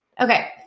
Okay